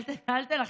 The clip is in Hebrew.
אל תלכלך.